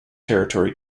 territory